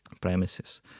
premises